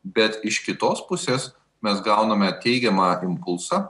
bet iš kitos pusės mes gauname teigiamą impulsą